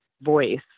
voice